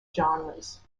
genres